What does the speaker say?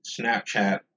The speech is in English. snapchat